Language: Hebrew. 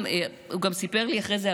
הוא גם סיפר לי אחרי זה,